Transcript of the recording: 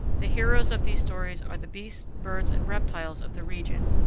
the heroes of these stories are the beasts, birds, and reptiles of the region,